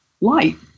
light